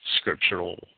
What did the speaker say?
Scriptural